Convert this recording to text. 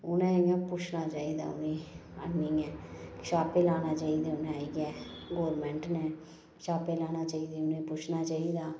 उ'नेंगी इ'यां पुच्छना चाहिदा उनेंगी आह्नियै छाप्पे लाने चाहिदे उनें आइयै गोरमेंट न छाप्पे लाने चाहिदे उ'नेंगी पुच्छना चाहिदा